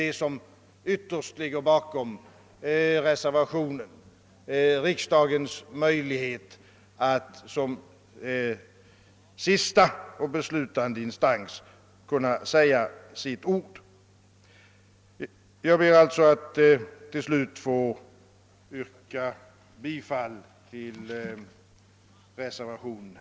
Det som ytterst ligger bakom reservationen är en vilja att bevaka riksdagens möjligheter att säga sitt ord som sista och beslutande instans. Jag ber att få yrka bifall till reservation 1 d.